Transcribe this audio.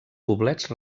poblets